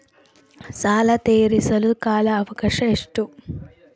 ಸಾಲ ತೇರಿಸಲು ಕಾಲ ಅವಕಾಶ ಎಷ್ಟು?